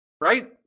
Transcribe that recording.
right